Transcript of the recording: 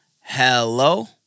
hello